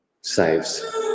saves